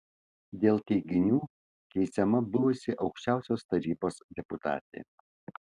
dėl teiginių teisiama buvusi aukščiausiosios tarybos deputatė